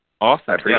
Awesome